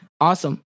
awesome